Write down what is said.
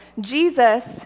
Jesus